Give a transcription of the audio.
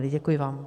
Děkuji vám.